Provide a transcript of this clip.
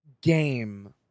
game